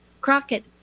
crockett